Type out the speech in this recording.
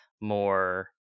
more